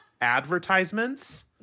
advertisements